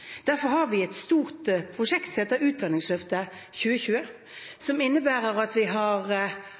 Derfor har vi et stort prosjekt som heter Utdanningsløftet 2020, som innebærer at vi har